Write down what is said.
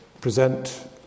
present